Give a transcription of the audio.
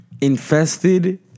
Infested